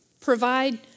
provide